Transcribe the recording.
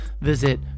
Visit